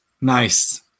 Nice